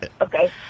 Okay